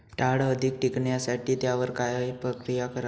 डाळ अधिक टिकवण्यासाठी त्यावर काय प्रक्रिया करावी?